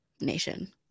Nation